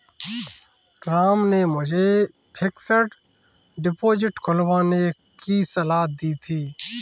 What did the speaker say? राम ने मुझे fixed deposit खुलवाने की सलाह दी थी